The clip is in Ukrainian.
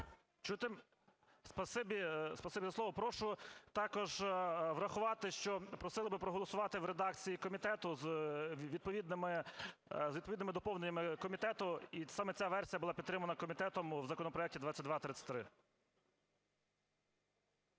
Чути? Спасибі за слово. Прошу також врахувати, що просили би проголосувати в редакції комітету з відповідними доповненнями комітету. І саме ця версія була підтримана комітетом в законопроекті 2233.